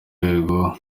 rwego